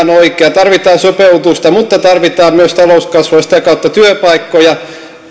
on oikea tarvitaan sopeutusta mutta tarvitaan myös talouskasvua ja sitä kautta työpaikkoja